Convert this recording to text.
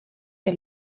que